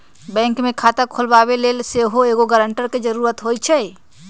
bank में खता खोलबाबे लेल सेहो एगो गरानटर के जरूरी होइ छै